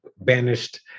banished